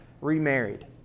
remarried